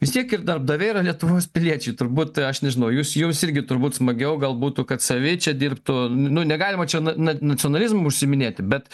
vis tiek ir darbdaviai yra lietuvos piliečiai turbūt aš nežinau jūs jums irgi turbūt smagiau gal būtų kad savi čia dirbtų nu negalima čia na na nacionalizmu užsiiminėti bet